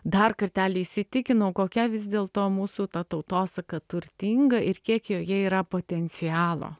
dar kartelį įsitikinau kokia vis dėlto mūsų ta tautosaka turtinga ir kiek joje yra potencialo